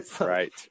right